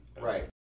Right